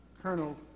Colonel